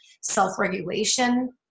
self-regulation